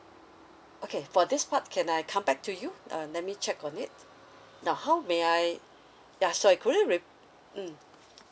okay for this part can I come back to you uh let me check on it now how may I yeah sorry could you re~ mm